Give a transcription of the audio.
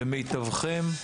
במיטבכם,